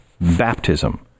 baptism